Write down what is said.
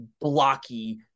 blocky